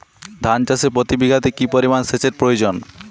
ধান চাষে প্রতি বিঘাতে কি পরিমান সেচের প্রয়োজন?